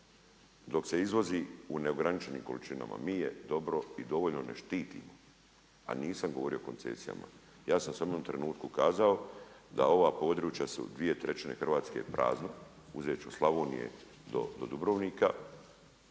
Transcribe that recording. dok se izvozi u neograničenim količinama. Mi je dobro i dovoljno ne štitimo a nisam govorio o koncesijama. Ja sam samo u jednom trenutku kazao da ova područja su dvije trećine Hrvatske prazna, uzeti ću od Slavonije do Dubrovnika